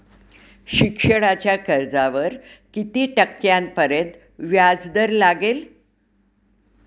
शिक्षणाच्या कर्जावर किती टक्क्यांपर्यंत व्याजदर लागेल?